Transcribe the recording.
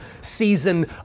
season